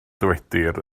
dywedir